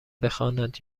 بخواند